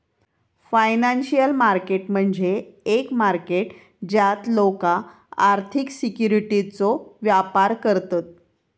financial market म्हणजे एक market ज्यात लोका आर्थिक सिक्युरिटीजचो व्यापार करतत